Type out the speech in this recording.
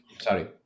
sorry